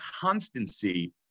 constancy